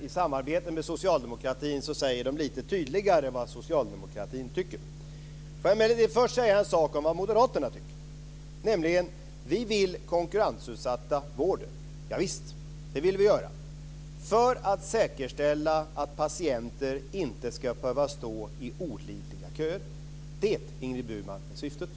I samarbete med socialdemokratin säger de lite tydligare vad socialdemokratin tycker. Låt mig emellertid först säga en sak om vad Moderaterna tycker. Vi vill konkurrensutsätta vården. Det vill vi göra för att säkerställa att patienter inte ska behöva stå i olidliga köer. Det, Ingrid Burman, är syftet.